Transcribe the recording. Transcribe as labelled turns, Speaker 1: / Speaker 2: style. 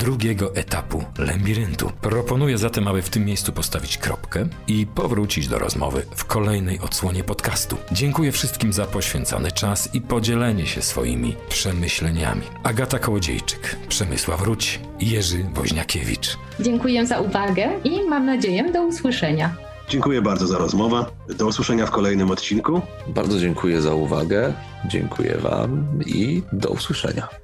Speaker 1: drugiego etapu labiryntu. Proponuję zatem, aby w tym miejscu postawić kropkę i powrócić do rozmowy w kolejnej odsłonie podcastu. Dziękuję wszystkim za poświęcony czas i podzielenie się swoimi przemyśleniami. Agata Kołodziejczyk, Przemysław Ruć, Jerzy Woźniakiewicz.
Speaker 2: Dziękuję za uwagę i mam nadzieję, do usłyszenia.
Speaker 3: Dziękuję bardzo za rozmowę. Do usłyszenia w kolejnym odcinku.
Speaker 4: Bardzo dziękuję za uwagę. Dziękuję wam i do usłyszenia.